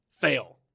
fail